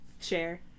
Share